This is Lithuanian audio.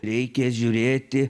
reikia žiūrėti